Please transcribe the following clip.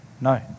No